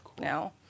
now